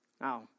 Now